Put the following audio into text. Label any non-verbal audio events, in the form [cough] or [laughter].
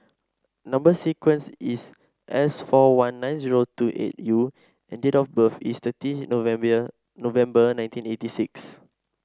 number sequence is S four one nine zero six two eight U and date of birth is thirty [unintelligible] November nineteen eighty six